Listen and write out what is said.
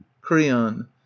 Creon